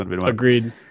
Agreed